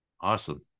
Awesome